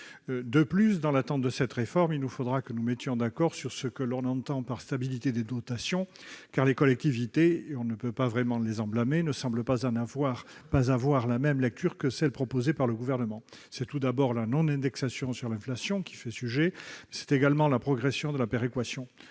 lieu, dans l'attente de cette réforme, il faudra que nous nous mettions d'accord sur ce que l'on entend par « stabilité des dotations », car les collectivités- et on ne peut pas vraiment les en blâmer -ne semblent pas avoir la même lecture que celle qui est proposée par le Gouvernement. C'est tout d'abord la non-indexation sur l'inflation qui fait sujet. Il en est de même de la progression de la péréquation